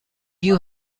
you